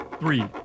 three